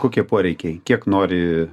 kokie poreikiai kiek nori